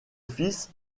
fils